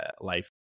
life